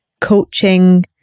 coaching